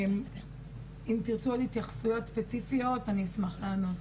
אם תרצו עוד התייחסויות ספציפיות אני אשמח לענות.